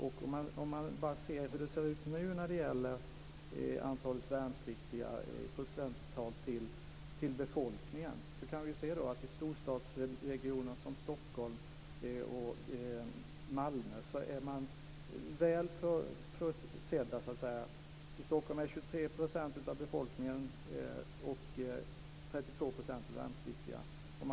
Om vi ser på siffrorna för antalet värnpliktiga i förhållande till befolkningens storlek kan vi se att storstadsregioner som Stockholm och Malmö är väl försedda. Stockholm utgör 23 % av befolkningen, och där finns 32 % av de värnpliktiga.